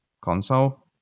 console